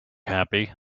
happy